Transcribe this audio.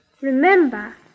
remember